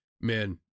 Man